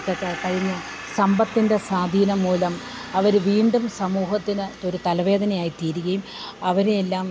ഒക്കെ കഴിഞ്ഞ് സമ്പത്തിൻ്റെ സ്വാധീനം മൂലം അവര് വീണ്ടും സമൂഹത്തിന് ഒരു തലവേദനയായി തീരുകയും അവരെയെല്ലാം